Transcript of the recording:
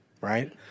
Right